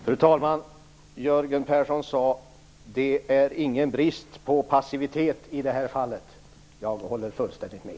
Fru talman! Jörgen Persson sade: Det är ingen brist på passivitet i det här fallet. Jag håller fullständigt med.